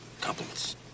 compliments